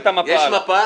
יש מפה?